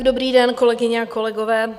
Dobrý den, kolegyně a kolegové.